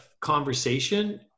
conversation